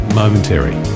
momentary